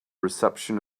reception